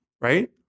right